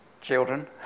children